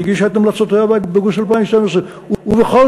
שהגישה את המלצותיה באוגוסט 2012. ובכל